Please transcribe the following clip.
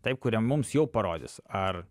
taip kurie mums jau parodys ar